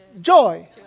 Joy